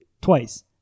Twice